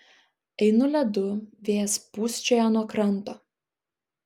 einu ledu vėjas pūsčioja nuo kranto